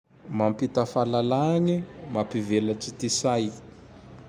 Mampita falalagne, mapivelatry ty say!